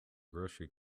grocery